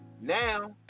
Now